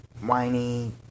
Whiny